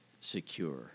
secure